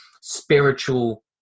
spiritual